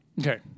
Okay